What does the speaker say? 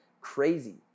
crazy